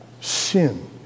sin